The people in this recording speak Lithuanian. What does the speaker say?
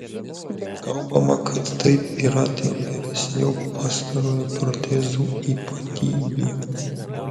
kalbama kad taip yra dėl geresnių pastarojo protezų ypatybių